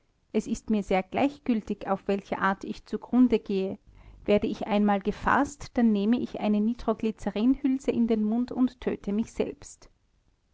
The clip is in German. es ist mir gleichgültig auf welche art ich zugrunde gehe sollte ich einmal bei einem verbrechen ertappt werden dann nehme ich eine nitro glyzerinhülse in den mund und töte mich selbst